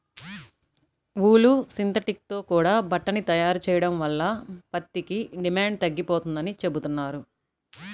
ఊలు, synthetic తో కూడా బట్టని తయారు చెయ్యడం వల్ల పత్తికి డిమాండు తగ్గిపోతందని చెబుతున్నారు